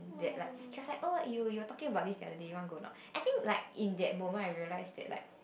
that like he was like oh you're talking about this the other day you want to go or not I think like in that moment that I realise that like